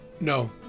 No